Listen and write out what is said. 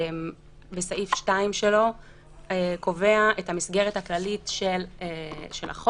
וסעיף 2 שלו קובע את המסגרת הכללית של החוק.